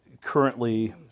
currently